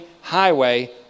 highway